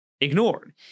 ignored